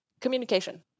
communication